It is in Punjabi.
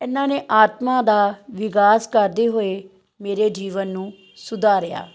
ਇਹਨਾਂ ਨੇ ਆਤਮਾ ਦਾ ਵਿਕਾਸ ਕਰਦੇ ਹੋਏ ਮੇਰੇ ਜੀਵਨ ਨੂੰ ਸੁਧਾਰਿਆ